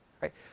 right